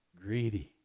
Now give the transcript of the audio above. greedy